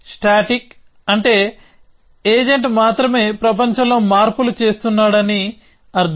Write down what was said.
static అంటే agent మాత్రమే ప్రపంచంలో మార్పులు చేస్తున్నాడని అర్థం